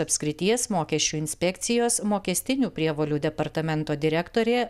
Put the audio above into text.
apskrities mokesčių inspekcijos mokestinių prievolių departamento direktorė